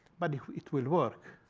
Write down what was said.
but it will work.